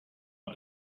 war